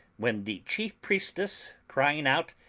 when the chief priestess, crying out,